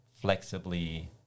flexibly